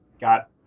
got